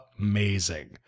amazing